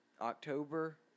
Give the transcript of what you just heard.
October